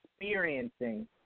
experiencing